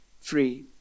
free